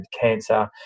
cancer